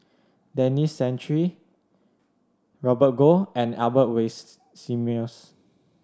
Denis Santry Robert Goh and Albert